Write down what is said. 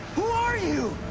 who are you?